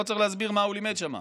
לא צריך להסביר מה הוא לימד שמה.